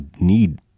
need